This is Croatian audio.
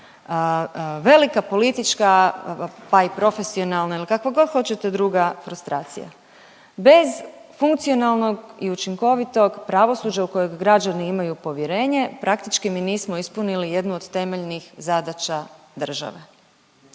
velika politička, pa i profesionalna ili kakva god hoćete druga frustracija. Bez funkcionalnog i učinkovitog pravosuđa u kojeg građani imaju povjerenje praktički mi nismo ispunili jednu od temeljnih zadaća države.